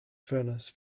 furnace